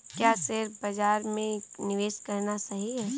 क्या शेयर बाज़ार में निवेश करना सही है?